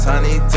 Honey